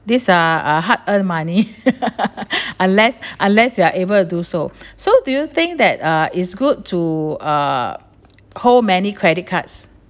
these are uh hard earned money unless unless you are able to do so so do you think that uh is good to uh hold many credit cards